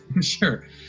Sure